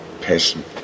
passion